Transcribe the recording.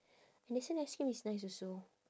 andersen ice cream is nice also